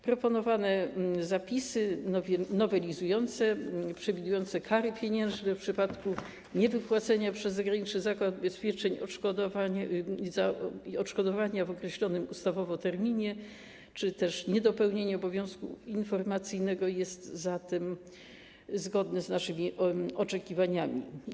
Proponowane zapisy nowelizujące, przewidujące kary pieniężne w przypadku niewypłacenia przez zagraniczny zakład ubezpieczeń odszkodowania w określonym ustawowo terminie czy też niedopełnienia obowiązku informacyjnego, są zatem zgodne z naszymi oczekiwaniami.